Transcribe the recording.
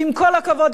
ועם כל הכבוד,